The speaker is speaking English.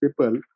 people